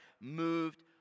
moved